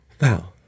wow